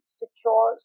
secure